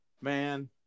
Man